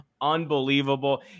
unbelievable